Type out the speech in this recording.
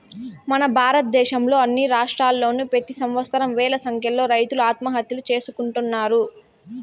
మన భారతదేశంలో అన్ని రాష్ట్రాల్లోనూ ప్రెతి సంవత్సరం వేల సంఖ్యలో రైతులు ఆత్మహత్యలు చేసుకుంటున్నారు